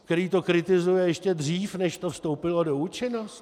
Který to kritizuje ještě dřív, než to vstoupilo v účinnost?